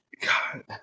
God